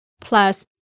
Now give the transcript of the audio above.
plus